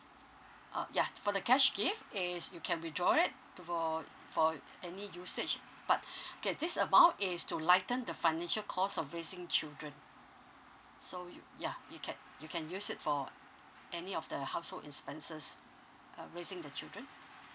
uh yeah for the cash gift is you can withdraw it to for for any usage but okay this amount is to lighten the financial cost of raising children so you yeah you can you can use it for any of the household expenses uh raising the children